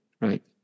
Right